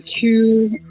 two